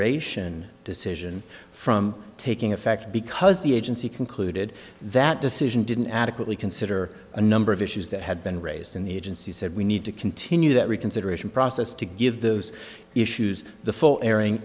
reconsideration decision from taking effect because the agency concluded that decision didn't adequately consider a number of issues that had been raised in the agency said we need to continue that reconsideration process to give those issues the full airing